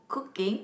cooking